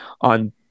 on